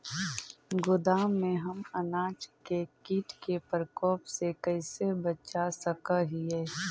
गोदाम में हम अनाज के किट के प्रकोप से कैसे बचा सक हिय?